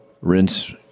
rinse